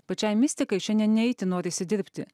pačiai mistikai šiandien ne itin norisi dirbti